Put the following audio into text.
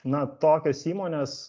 na tokios įmonės